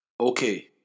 Okay